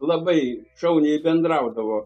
labai šauniai bendraudavo